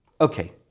Okay